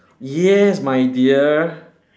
yes my dear